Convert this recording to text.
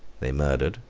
they murdered,